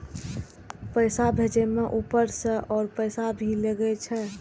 पैसा भेजे में ऊपर से और पैसा भी लगे छै?